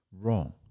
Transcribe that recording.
wrong